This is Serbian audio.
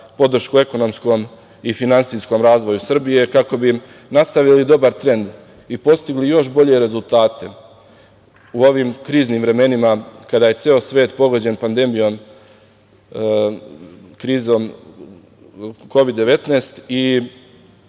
podršku ekonomskom i finansijskom razvoju Srbije kako bi nastavili dobar trend i postigli još bolje rezultate u ovim kriznim vremenima, kada je ceo svet pogođen pandemijom Kovid 19,